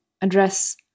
address